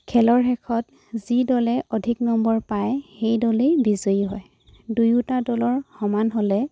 খেলৰ শেষত যি দলে অধিক নম্বৰ পায় সেই দলেই বিজয়ী হয় দুয়োটা দলৰ সমান হ'লে